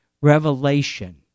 revelation